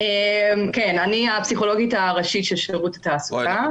שלום, אני הפסיכולוגית הראשית של שירות התעסוקה.